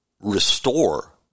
restore